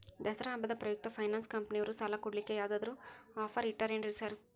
ದಸರಾ ಹಬ್ಬದ ಪ್ರಯುಕ್ತ ಫೈನಾನ್ಸ್ ಕಂಪನಿಯವ್ರು ಸಾಲ ಕೊಡ್ಲಿಕ್ಕೆ ಯಾವದಾದ್ರು ಆಫರ್ ಇಟ್ಟಾರೆನ್ರಿ ಸಾರ್?